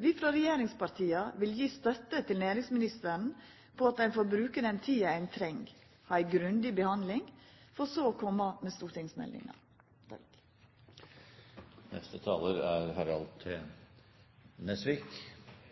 Vi frå regjeringspartia vil gi støtte til næringsministeren på at ein får bruka den tida ein treng på ei grundig behandling, for så å koma med stortingsmeldinga. Jeg kan trøste representanten Heggø med at det ikke er alt